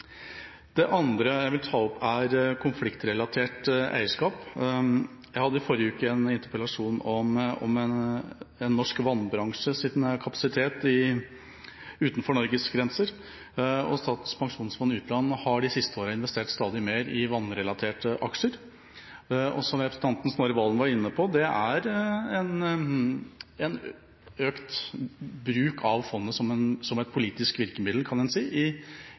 Det andre jeg vil ta opp, er konfliktrelatert eierskap. Jeg hadde i forrige uke en interpellasjon om norsk vannbransjes kapasitet utenfor Norges grenser. Statens pensjonsfond utland har de siste årene investert stadig mer i vannrelaterte aksjer. Som representanten Snorre Serigstad Valen var inne på, er det en økt bruk av fondet som et politisk virkemiddel i utvikling, kan en si.